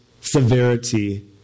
severity